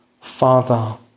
Father